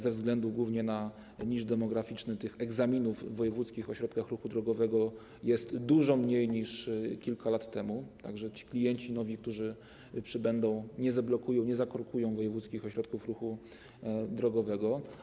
Ze względu głównie na niż demograficzny tych egzaminów w wojewódzkich ośrodkach ruchu drogowego odbywa się dużo mniej niż kilka lat temu, tak że ci nowi klienci, którzy się pojawią, nie zablokują i nie zakorkują wojewódzkich ośrodków ruchu drogowego.